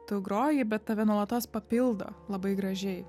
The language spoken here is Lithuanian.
tu groji bet tave nuolatos papildo labai gražiai